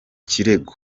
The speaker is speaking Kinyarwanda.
kirego